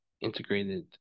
integrated